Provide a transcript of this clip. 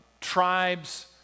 tribes